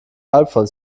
halbvoll